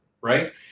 Right